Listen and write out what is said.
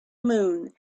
moon